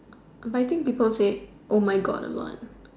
but I think people will say my God a lot